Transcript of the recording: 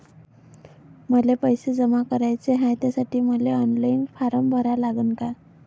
मले पैसे जमा कराच हाय, त्यासाठी मले ऑनलाईन फारम भरा लागन का?